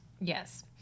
Yes